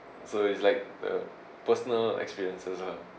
so it's like a personal experiences lah